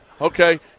Okay